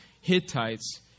Hittites